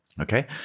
Okay